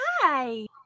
Hi